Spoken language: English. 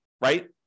right